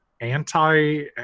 anti